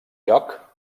lloc